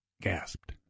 gasped